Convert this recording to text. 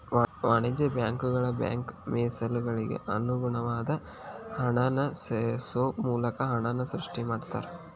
ವಾಣಿಜ್ಯ ಬ್ಯಾಂಕುಗಳ ಬ್ಯಾಂಕ್ ಮೇಸಲುಗಳಿಗೆ ಅನುಗುಣವಾದ ಹಣನ ಸೇರ್ಸೋ ಮೂಲಕ ಹಣನ ಸೃಷ್ಟಿ ಮಾಡ್ತಾರಾ